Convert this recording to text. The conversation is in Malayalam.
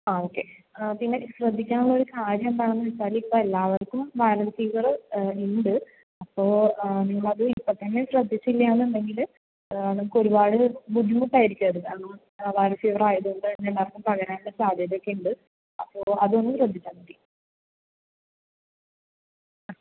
ആ ഓക്കേ പിന്നെ ശ്രദ്ധിക്കാനുള്ള ഒരു കാര്യം എന്താണെന്നു വച്ചാൽ ഇപ്പോൾ എല്ലാവർക്കും വൈറൽ ഫീവറ് ഉണ്ട് അപ്പോൾ നിങ്ങൾ അത് ഇപ്പോൾ തന്നെ ശ്രദ്ധിച്ചില്ലയെന്ന് ഉണ്ടെങ്കിൽ നമുക്ക് ഒരുപാട് ബുദ്ധിമുട്ടായിരിക്കും അതു കാരണം വൈറൽ ഫീവർ ആയതുകൊണ്ട് ഇത് എല്ലാവർക്കും പകരാനുള്ള സാധ്യത ഒക്കെ ഉണ്ട് അപ്പോൾ അതൊന്ന് ശ്രദ്ധിച്ചാൽ മതി